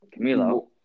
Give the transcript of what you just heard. Camilo